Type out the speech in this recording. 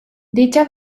dicha